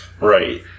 Right